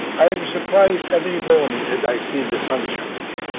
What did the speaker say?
i am surprised every morning that i see the sunshine again.